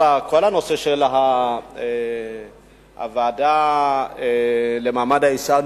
כל הנושא של הוועדה למעמד האשה,